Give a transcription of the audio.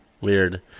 weird